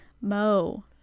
Mo